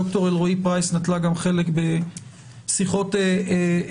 דוקטור אלרעי פרייס נטלה גם חלק בשיחות מקדימות